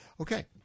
okay